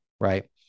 right